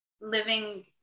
living